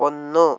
ഒന്നു